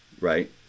right